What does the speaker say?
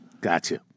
Gotcha